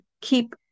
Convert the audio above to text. keep